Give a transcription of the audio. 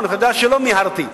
אתה יודע שלא מיהרתי,